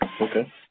Okay